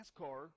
NASCAR